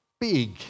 big